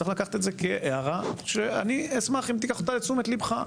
צריך לקחת את זה כהערה שאני אשמח אם תיקח אותה לתשומת ליבך.